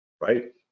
right